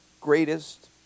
greatest